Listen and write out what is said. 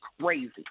crazy